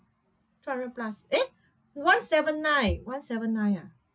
two hundred plus eh one seven nine one seven nine ah